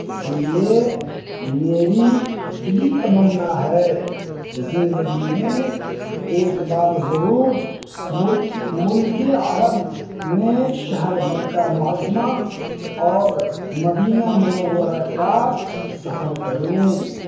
اسی لیے میری دلی تمنا ہے زندگی میں ایک بار ضرور ملکی ملک عرب میں شہر مکہ معظمہ اور مدینہ منورہ کا سفر کروں